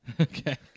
Okay